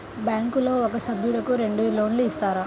బ్యాంకులో ఒక సభ్యుడకు రెండు లోన్లు ఇస్తారా?